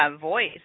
voice